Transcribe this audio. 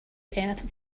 anything